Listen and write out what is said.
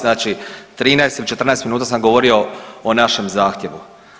Znači 13 ili 14 minuta sam govorio o našem zahtjevu.